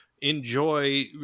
enjoy